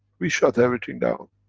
we shut everything down.